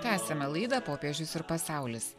tęsiame laidą popiežius ir pasaulis